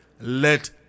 let